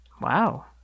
wow